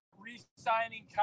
re-signing